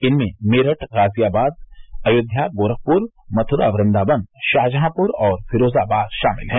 इनमें मेरठ गाजियाबाद अयोध्या गोरखपुर मथुरा वृन्दावन शाहजहांपुर और फिरोजाबाद शामिल हैं